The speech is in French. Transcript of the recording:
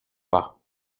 pas